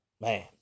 man